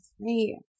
three